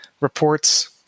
reports